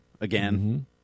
again